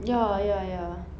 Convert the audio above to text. ya ya ya